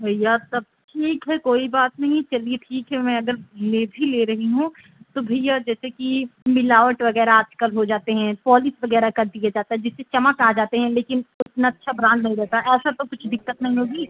भैया तब ठीक है कोई बात नहीं चलिए ठीक है मैं अगर ले भी ले रही हूँ तो भैया जैसे कि मिलावट वगैरह आज कल हो जाते हैं पॉलिस वगैरह कर दिया जाता है जिससे चमक आ जाते हैं लेकिन उतना अच्छा ब्रांड नहीं रहता ऐसा तो कुछ दिक्कत नहीं होगी